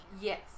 Yes